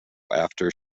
after